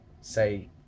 say